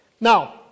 Now